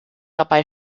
dabei